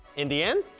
in the end?